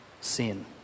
sin